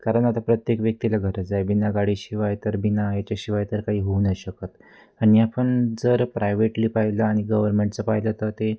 कारण आता प्रत्येक व्यक्तीला गरज आहे बिना गाडीशिवाय तर बिना याच्याशिवाय तर काही होऊ नाही शकत आणि आपण जर प्रायवेटली पाहिलं आणि गव्हर्मेंटचं पाहिलं तर ते